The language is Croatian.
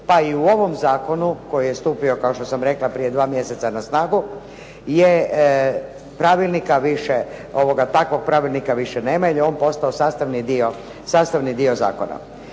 pa i u ovom zakonu koji je stupio kao što sam rekla prije dva mjeseca na snagu je pravilnika više, takvog pravilnika više nema jer je on postao sastavni dio zakona.